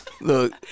Look